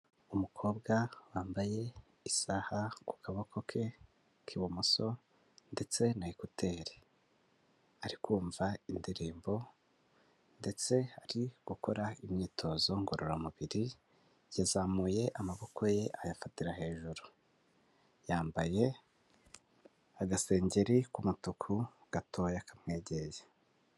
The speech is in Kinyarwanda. Umukobwa wambaye isaha ku kaboko ke k'ibumoso ndetse na ekuteri, ari kumva indirimbo ndetse ari gukora imyitozo ngororamubiri, yazamuye amaboko ye ayafatira hejuru, yambaye agasengeri k'umutuku gatoya kamwegeye.